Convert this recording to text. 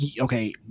okay